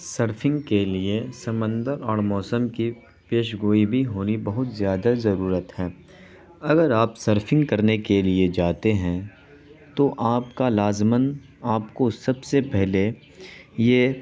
surfing کے لیے سمندر اور موسم کی پیشگوئی بھی ہونی بہت زیادہ ضرورت ہے اگر آپ سرفنگ کرنے کے لیے جاتے ہیں تو آپ کا لازماً آپ کو سب سے پہلے یہ